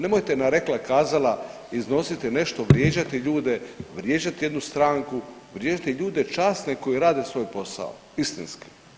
Nemojte na rekla-kazala, iznositi nešto, vrijeđati ljude, vrijeđati jednu stranku, vrijeđati ljude časne koji rade svoj posao istinski.